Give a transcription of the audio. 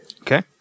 Okay